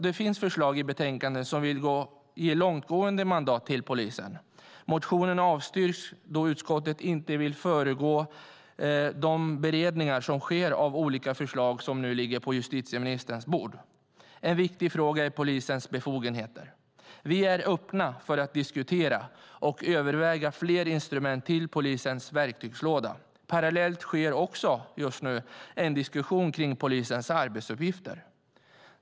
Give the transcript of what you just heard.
Det finns förslag som vill ge långtgående mandat till polisen, men motionerna avstyrks då utskottet inte vill föregå beredningen av förslagen som nu ligger på justitieministerns bord. En viktig fråga är polisens befogenheter. Vi är öppna för att diskutera och överväga fler instrument till polisens verktygslåda. Parallellt sker också just nu en diskussion om polisens arbetsuppgifter.